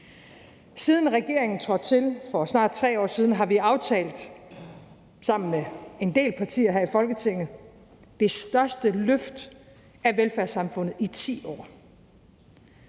Siden regeringen trådte til for snart 3 år siden, har vi sammen med en del partier her i Folketinget aftalt det største løft af velfærdssamfundet i 10 år.